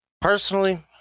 Personally